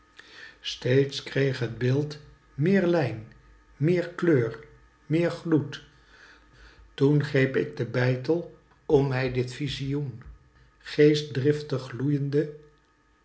steeds kreeg het beeld meer lijn meer kleur meer gloed toen greep k den beitel om mij dit vizioen